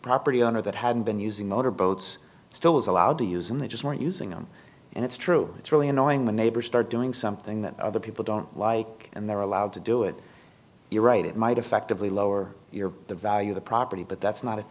property under that hadn't been using motorboats still is allowed to use and they just weren't using them and it's true it's really annoying the neighbors start doing something that other people don't like and they're allowed to do it you're right it might effectively lower your the value of the property but that's not a